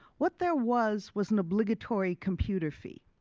what there was was an obligatory computer fee.